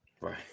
right